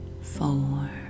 four